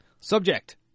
Subject